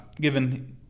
given